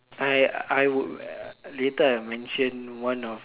I I would later I'll mentioned one of uh